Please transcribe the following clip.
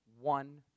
one